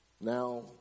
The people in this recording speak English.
Now